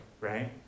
right